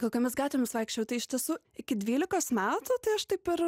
kokiomis gatvėmis vaikščiojau tai iš tiesų iki dvylikos metų tai aš taip ir